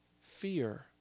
fear